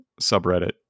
subreddit